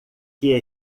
que